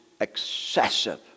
excessive